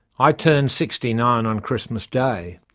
i turn sixty nine on christmas day.